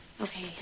Okay